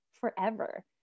forever